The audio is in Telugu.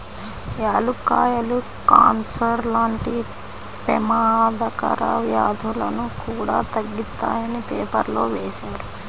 యాలుక్కాయాలు కాన్సర్ లాంటి పెమాదకర వ్యాధులను కూడా తగ్గిత్తాయని పేపర్లో వేశారు